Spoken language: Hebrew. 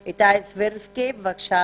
בבקשה.